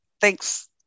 Thanks